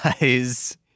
guys